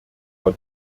von